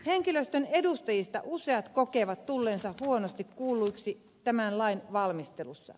henkilöstön edustajista useat kokevat tulleensa huonosti kuulluiksi tämän lain valmistelussa